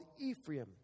Ephraim